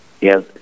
Yes